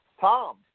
Tom